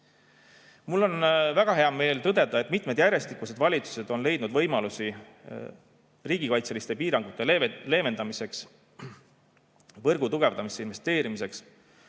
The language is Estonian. Mul on väga hea meel tõdeda, et mitmed järjestikused valitsused on leidnud võimalusi riigikaitselisi piiranguid leevendada, võrgu tugevdamisse investeerida